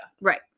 Right